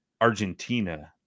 Argentina